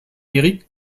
mérite